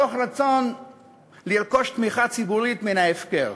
מתוך רצון לרכוש תמיכה ציבורית מן ההפקר.